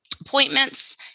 appointments